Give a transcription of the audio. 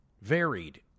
varied